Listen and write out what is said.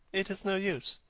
it is no use.